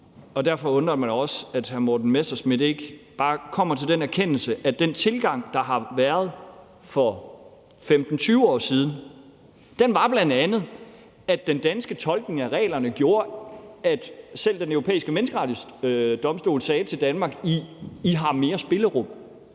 og derfor undrer det mig også, at hr. Morten Messerschmidt ikke bare kommer til den erkendelse, at den tilgang, der har været for 15-20 år siden, bl.a. har været, at den danske tolkning af reglerne gjorde, at man selv fra Den Europæiske Menneskerettighedsdomstols side sagde til Danmark, at vi har mere spillerum,